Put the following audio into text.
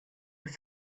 was